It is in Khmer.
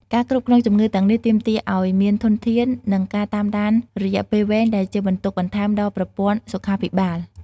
ការគ្រប់គ្រងជំងឺទាំងនេះទាមទារអោយមានធនធាន និងការតាមដានរយៈពេលវែង ដែលជាបន្ទុកបន្ថែមដល់ប្រព័ន្ធសុខាភិបាល។